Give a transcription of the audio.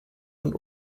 und